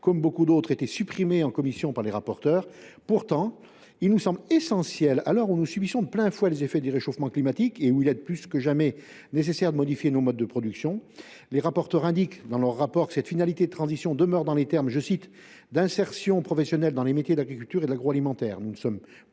comme beaucoup d’autres, été supprimée en commission par les rapporteurs. Pourtant, elle nous semble essentielle, à l’heure où nous subissons de plein fouet les effets du réchauffement climatique et où il est plus que jamais nécessaire de modifier nos modes de production. Les rapporteurs indiquent, dans leur rapport, que cette finalité de transition demeure dans les termes « d’insertion professionnelle dans les métiers de l’agriculture et de l’agroalimentaire ». Nous ne sommes pas